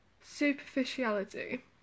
superficiality